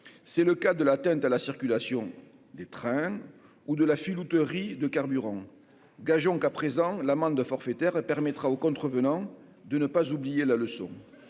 c'est le cas de l'atteinte à la circulation des trains ou de la filouterie de carburant, gageons qu'à présent l'amende forfaitaire permettra aux contrevenants de ne pas oublier la leçon,